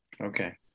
okay